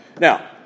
Now